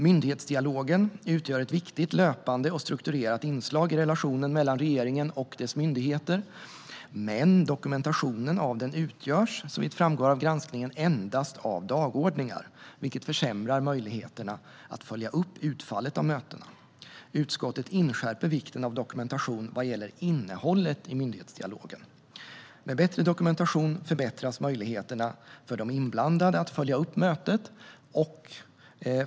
Myndighetsdialogen utgör ett viktigt löpande och strukturerat inslag i relationen mellan regeringen och dess myndigheter, men dokumentationen av den utgörs, såvitt framgår av granskningen, endast av dagordningar, vilket försämrar möjligheterna att följa upp utfallet av mötena. Utskottet inskärper vikten av dokumentation vad gäller innehållet i myndighetsdialogen. Med bättre dokumentation förbättras möjligheterna för de inblandade att följa upp mötet.